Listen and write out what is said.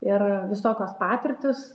ir visokios patirtys